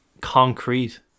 concrete